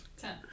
Ten